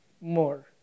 More